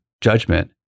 judgment